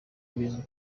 bizwi